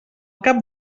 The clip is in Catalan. cap